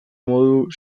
modu